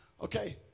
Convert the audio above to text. Okay